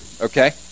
okay